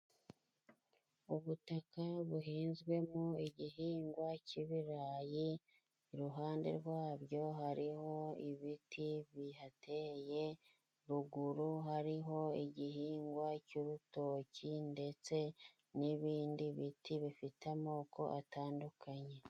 Ubutaka buhinzwemo igihingwa cy'ibirayi iruhande rwabyo hariho ibiti bihateye, ruguru hariho igihingwa cy'urutoki ndetse n'ibindi biti bifite amoko atandukanye.